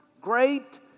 great